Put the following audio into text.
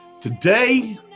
Today